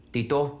Tito